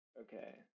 Okay